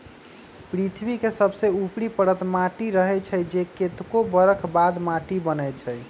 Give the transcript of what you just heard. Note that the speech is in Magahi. पृथ्वी के सबसे ऊपरी परत माटी रहै छइ जे कतेको बरख बाद माटि बनै छइ